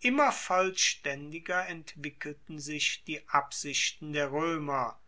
immer vollstaendiger entwickelten sich die absichten der roemer